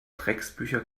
drecksbücher